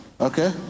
Okay